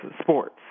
sports